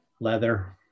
leather